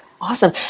awesome